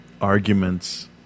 arguments